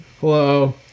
Hello